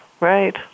Right